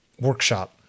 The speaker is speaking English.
workshop